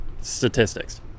statistics